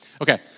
Okay